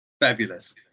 fabulous